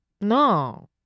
no